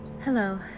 Hello